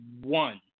one